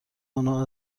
انها